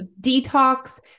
detox